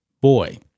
Boy